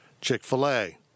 Chick-fil-A